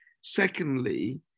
Secondly